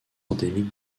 endémique